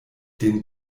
den